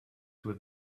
with